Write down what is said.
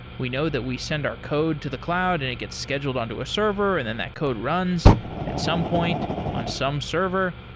we know that we send our code to the cloud and it gets scheduled on to a server and then that code runs at some point on some server,